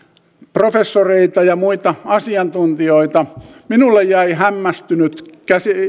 professoreita ja muita asiantuntijoita minulle jäi hämmästynyt